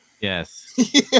Yes